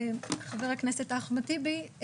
חבר הכנסת אחמד טיבי,